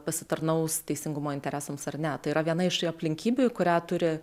pasitarnaus teisingumo interesams ar net yra viena iš aplinkybių į kurią turi